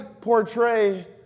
portray